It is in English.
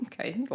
okay